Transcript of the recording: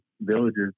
villages